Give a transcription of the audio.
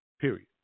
Period